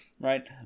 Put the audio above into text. right